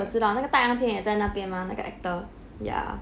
我知道那个戴阳天也在那边嘛那个 actor ya